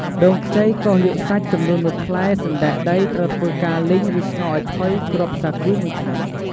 ដូងខ្ចីកោសយកសាច់ ចំនួន ១ ផ្លែ, សណ្ដែកដី ត្រូវធ្វើការលីង ឬស្ងោរឱ្យផុយ, គ្រាប់សាគូ ១ ខាំ ។